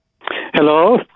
Hello